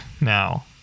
now